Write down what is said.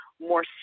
more